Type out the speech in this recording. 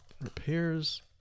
repairs